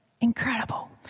Incredible